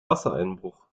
wassereinbruch